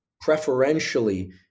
preferentially